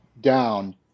down